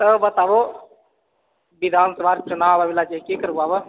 तऽ बताबू विधानसभा चुनाव आबै बला छै की करबाबह